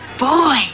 boy